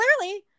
Clearly